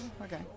okay